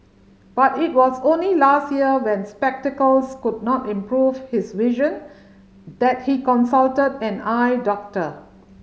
but it was only last year when spectacles could not improve his vision that he consulted an eye doctor